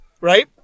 right